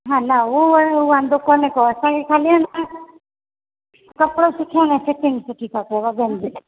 हले उहो वांदो कोने को असांखे खाली आहे न कपिड़ो सुठो ऐं फिटिंग सुठी खपेव